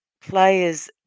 players